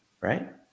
right